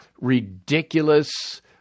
ridiculous